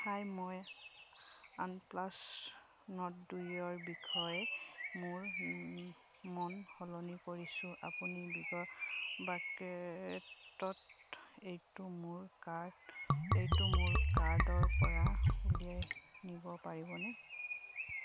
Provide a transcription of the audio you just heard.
হাই মই OnePlus Nord দুইৰ বিষয়ে মোৰ মন সলনি কৰিছোঁ আপুনি বিগবাকেটত এইটো মোৰ কাৰ্ট এইটো মোৰ কাৰ্টৰপৰা উলিয়াই নিব পাৰিবনে